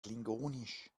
klingonisch